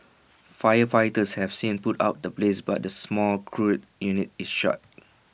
firefighters have since put out the blaze but the small crude unit is shut